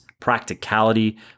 practicality